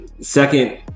Second